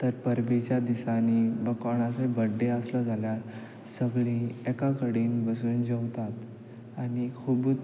तर परबेच्या दिसांनी वा कोणाचो बड्डे आसलो जाल्यार सगलीं एका कडेन बसून जेवतात आनी खुबूत